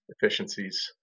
efficiencies